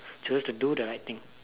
chooses to do the right thing